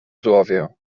złowię